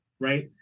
Right